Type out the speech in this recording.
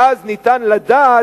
ואז ניתן לדעת,